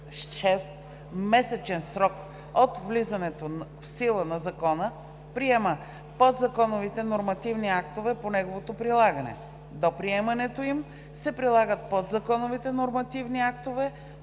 6-месечен срок от влизането в сила на закона приема подзаконовите нормативни актове по неговото прилагане. До приемането им се прилагат подзаконовите нормативни актове